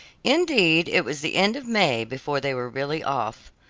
indeed it was the end of may before they were really off.